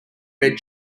red